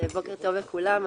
בוקר טוב לכולם.